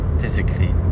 physically